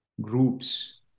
groups